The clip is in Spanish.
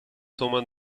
toman